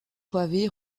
pavées